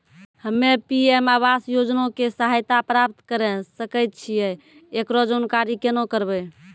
हम्मे पी.एम आवास योजना के सहायता प्राप्त करें सकय छियै, एकरो जानकारी केना करबै?